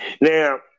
Now